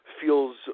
feels